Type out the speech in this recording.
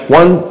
one